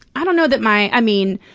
i don't know that my i mean,